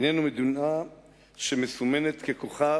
איננו מדינה שמסומן כוכב